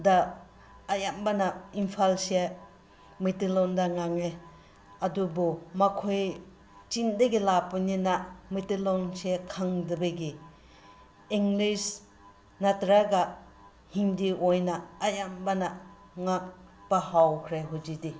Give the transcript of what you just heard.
ꯗ ꯑꯌꯥꯝꯕꯅ ꯏꯝꯐꯥꯜꯁꯦ ꯃꯩꯇꯩꯂꯣꯟꯗ ꯉꯥꯡꯉꯦ ꯑꯗꯨꯕꯨ ꯃꯈꯣꯏ ꯆꯤꯡꯗꯒꯤ ꯂꯥꯛꯄꯅꯤꯅ ꯃꯩꯇꯩꯂꯣꯟꯁꯦ ꯈꯪꯗꯕꯒꯤ ꯏꯪꯂꯤꯁ ꯅꯠꯇ꯭ꯔꯒ ꯍꯤꯟꯗꯤ ꯑꯣꯏꯅ ꯑꯌꯥꯝꯕꯅ ꯉꯥꯡꯕ ꯍꯧꯈ꯭ꯔꯦ ꯍꯧꯖꯤꯛꯇꯤ